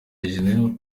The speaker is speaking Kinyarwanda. gen